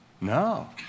No